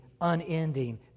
unending